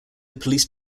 police